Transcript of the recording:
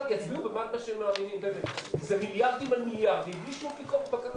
מדובר במיליארדים על מיליארדים בלי שום בקרה.